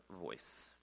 voice